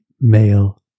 male